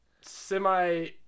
Semi